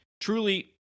Truly